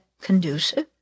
conducive